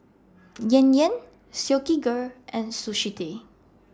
Yan Yan Silkygirl and Sushi Tei